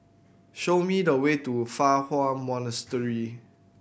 show me the way to Fa Hua Monastery